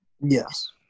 Yes